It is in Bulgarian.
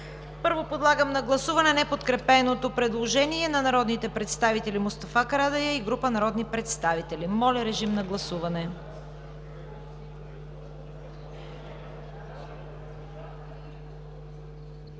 Първо, подлагам на гласуване неподкрепеното предложение на народните представители Мустафа Карадайъ и група народни представители. Гласували